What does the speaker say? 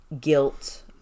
guilt